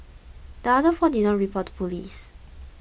the other four did not to police